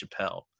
Chappelle